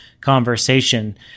conversation